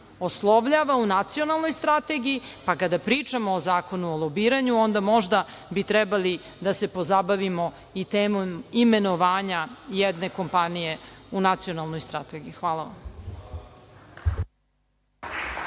oslovljava u Nacionalnoj strategiji, pa kada pričamo o zakonu o lobiranju onda možda bi trebali da se pozabavimo i temom imenovanja jedne kompanije u Nacionalnoj strategiji. Hvala vam.